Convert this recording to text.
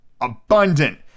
abundant